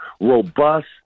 robust